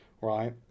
right